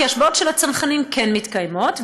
כי ההשבעות של הצנחנים כן מתקיימות,